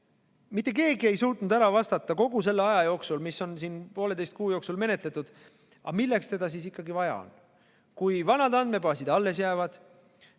Mitte keegi ei suutnud ära vastata kogu selle aja jooksul, mil seda on siin poolteise kuu jooksul menetletud, et aga milleks seda ikkagi vaja on. Kui vanad andmebaasid alles jäävad,